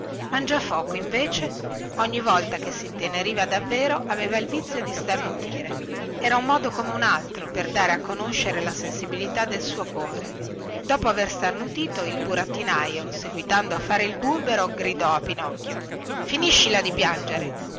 mangiafoco invece ogni volta che sinteneriva davvero aveva il vizio di starnutire era un modo come un altro per dare a conoscere agli altri la sensibilità del suo cuore dopo aver starnutito il burattinaio seguitando a fare il burbero gridò a pinocchio finiscila di piangere